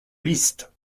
liszt